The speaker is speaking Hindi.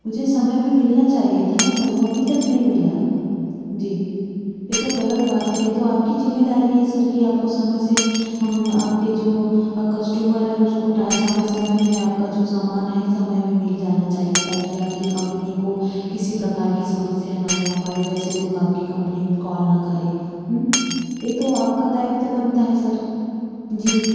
मुझे समय में मिलना चाहिए था ना सर वो अभी तक नहीं मिला मुझे जी ये तो गलत बात है ये तो आपकी जिम्मेदारी है सर की आपको समय से हम आपके जो कस्टमर है उसको समय समय में आपका जो समान है समय में मिल जाना चाहिए ताकि आपकी कंपनी को किसी प्रकार की समस्या ना हो हमारे जैसे लोग आपकी कंपनी में कॉल ना करें ये तो आपका दायित्व बनता है सर जी